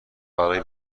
برای